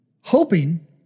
Hoping